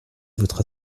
votre